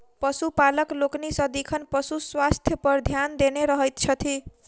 पशुपालक लोकनि सदिखन पशु स्वास्थ्य पर ध्यान देने रहैत छथि